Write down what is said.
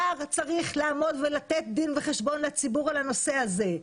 שר צריך לעמוד ולתת דין וחשבון לציבור על הנושא הזה.